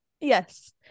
Yes